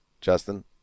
Justin